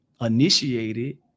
initiated